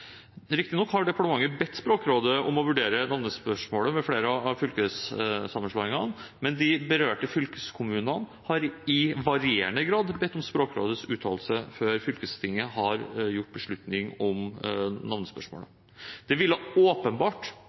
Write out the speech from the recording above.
riktignok bedt Språkrådet om å vurdere navnespørsmålet ved flere av fylkessammenslåingene, men de berørte fylkeskommunene har i varierende grad bedt om Språkrådets uttalelse før fylkestinget har tatt sin beslutning om navnespørsmålet. Det ville åpenbart